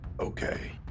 Okay